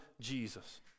Jesus